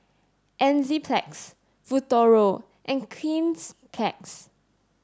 Enzyplex Futuro and Cleanz plus